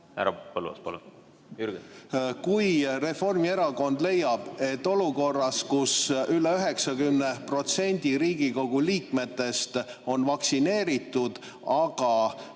Härra Põlluaas, palun! Kui Reformierakond leiab, et olukorras, kus üle 90% Riigikogu liikmetest on vaktsineeritud, aga